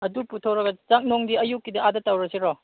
ꯑꯗꯨ ꯄꯨꯊꯣꯛꯂꯒ ꯆꯥꯛ ꯅꯨꯡꯗꯤ ꯑꯌꯨꯛꯀꯤꯗꯤ ꯑꯥꯗ ꯇꯧꯔꯁꯤꯔꯣ